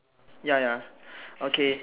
ya ya okay